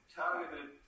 targeted